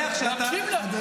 להקשיב להם.